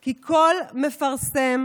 כי כל מפרסם,